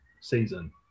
season